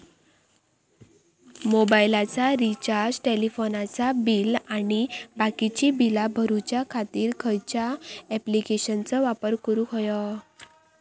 मोबाईलाचा रिचार्ज टेलिफोनाचा बिल आणि बाकीची बिला भरूच्या खातीर खयच्या ॲप्लिकेशनाचो वापर करूक होयो?